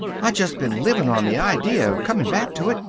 i just been livin' on the idea of comin' back to it.